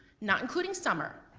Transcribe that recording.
not including summer,